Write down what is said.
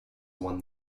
won